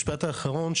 משפט אחרון.